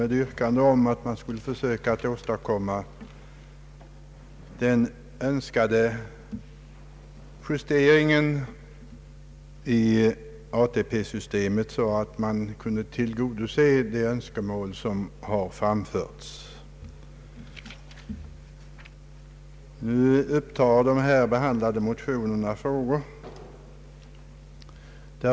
Det gäller yrkanden om justeringar i ATP-systemet, så att man kunde tillgodose vissa framförda önskemål.